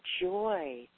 joy